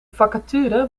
vacature